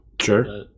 Sure